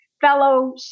fellow